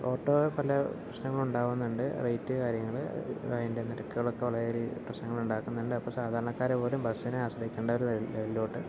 auto പല പ്രശ്നങ്ങൾ ഉണ്ടാകുന്നുണ്ട് റേറ്റ് കാര്യങ്ങൾ അതിൻ്റെ നിരക്കുകളൊക്കെ വളരെ പ്രശ്നങ്ങളുണ്ടാക്കുന്നുണ്ട് അപ്പോൾ സാധാരണക്കാർ പോലും ബസ്സിനെ ആശ്രയിക്കേണ്ട ഒരു ഇതിലോട്ട്